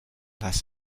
las